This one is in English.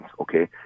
okay